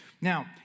Now